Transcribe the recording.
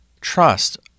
trust